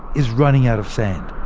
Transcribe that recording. is running out of sand.